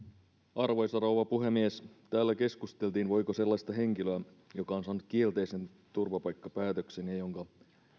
arvoisa rouva puhemies täällä keskusteltiin voiko sellaista henkilöä joka on saanut kielteisen turvapaikkapäätöksen ja jonka